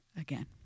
again